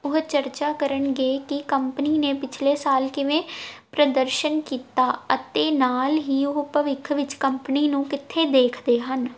ਉਹ ਚਰਚਾ ਕਰਨਗੇ ਕਿ ਕੰਪਨੀ ਨੇ ਪਿਛਲੇ ਸਾਲ ਕਿਵੇਂ ਪ੍ਰਦਰਸ਼ਨ ਕੀਤਾ ਅਤੇ ਨਾਲ ਹੀ ਉਹ ਭਵਿੱਖ ਵਿੱਚ ਕੰਪਨੀ ਨੂੰ ਕਿੱਥੇ ਦੇਖਦੇ ਹਨ